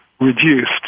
reduced